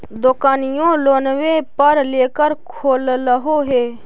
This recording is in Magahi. दोकनिओ लोनवे पर लेकर खोललहो हे?